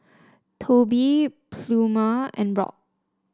Tobie Pluma and Rock